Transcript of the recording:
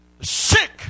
Sick